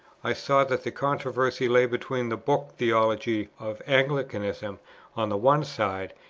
i saw that the controversy lay between the book-theology of anglicanism on the one side,